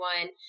one